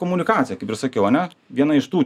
komunikacija kaip ir sakiau ane viena iš tų